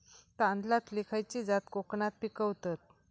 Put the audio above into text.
तांदलतली खयची जात कोकणात पिकवतत?